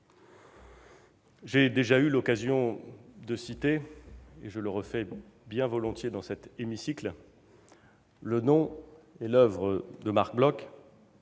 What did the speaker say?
J'ai déjà eu l'occasion de citer- et je le refais bien volontiers dans cet hémicycle -le nom et l'oeuvre de Marc Bloch.